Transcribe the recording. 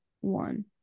one